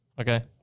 okay